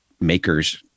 makers